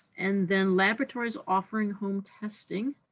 and then laboratories offering home testing.